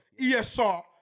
ESR